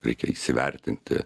reikia įsivertinti